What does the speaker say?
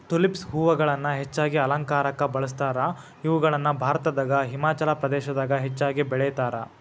tulips ಹೂಗಳನ್ನ ಹೆಚ್ಚಾಗಿ ಅಲಂಕಾರಕ್ಕ ಬಳಸ್ತಾರ, ಇವುಗಳನ್ನ ಭಾರತದಾಗ ಹಿಮಾಚಲ ಪ್ರದೇಶದಾಗ ಹೆಚ್ಚಾಗಿ ಬೆಳೇತಾರ